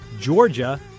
Georgia